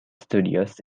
studios